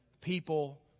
people